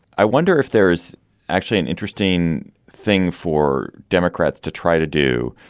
i wonder if there's actually an interesting thing for democrats to try to do,